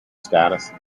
status